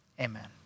amen